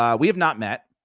um we have not met.